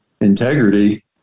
integrity